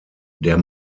der